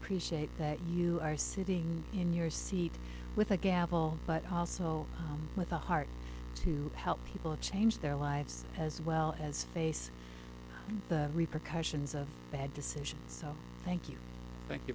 appreciate that you are sitting in your seat with a gavel but also with a heart to help people change their lives as well as face the repercussions of bad decisions so thank you thank you